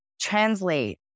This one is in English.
translate